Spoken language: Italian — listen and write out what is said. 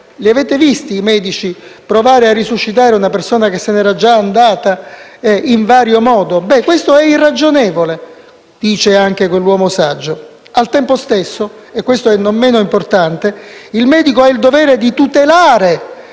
Li avete visti i medici provare a risuscitare una persona che se n'era già andata in vario modo? Questo è irragionevole, come dice ancora quell'uomo saggio. Al tempo stesso - e questo è non meno importante - il medico ha il dovere di tutelare